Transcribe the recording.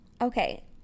Okay